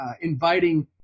inviting